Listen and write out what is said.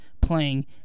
playing